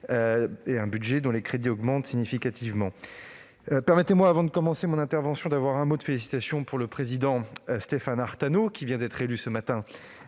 un budget dont les crédits augmentent significativement. Permettez-moi, avant de commencer mon intervention, d'avoir un mot de félicitations pour le président Stéphane Artano, qui vient d'être élu ce matin